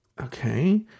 Okay